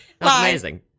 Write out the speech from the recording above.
amazing